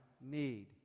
need